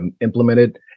Implemented